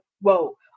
whoa